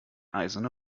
eiserne